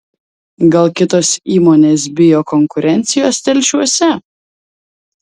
gal kitos įmonės bijo konkurencijos telšiuose